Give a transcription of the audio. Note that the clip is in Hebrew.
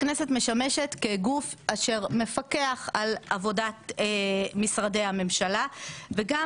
הכנסת משמשת כגוף אשר מפקח על עבודת משרדי הממשלה וגם,